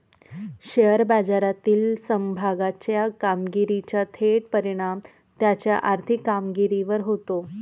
share बाजारातील समभागाच्या कामगिरीचा थेट परिणाम त्याच्या आर्थिक कामगिरीवर होतो